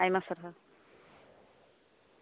ᱟᱭᱢᱟ ᱥᱟᱨᱦᱟᱣ